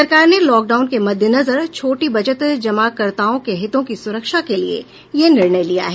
सरकार ने लॉकडाउन के मद्देनजर छोटी बचत जमाकर्ताओं के हितों की सुरक्षा के लिए यह निर्णय लिया है